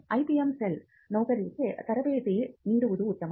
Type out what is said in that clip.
IPM cell ನೌಕರರಿಗೆ ತರಬೇತಿ ನೀಡುವುದು ಉತ್ತಮ